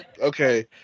Okay